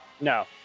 No